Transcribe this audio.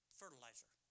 fertilizer